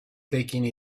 taking